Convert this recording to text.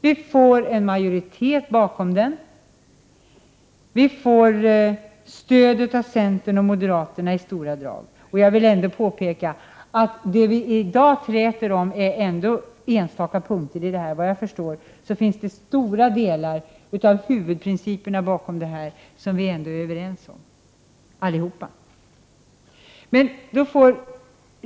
En majoritet ställer sig bakom den — vi får stöd av centern och moderaterna i stora drag. Jag vill påpeka att det som vi i dag träter om ändå är enstaka punkter. Stora delar av huvudprinciperna bakom lagförslaget är vi, såvitt jag förstår, allihop överens om.